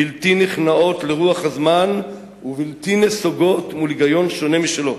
בלתי נכנעות לרוח הזמן ובלתי נסוגות מול היגיון שונה משלו".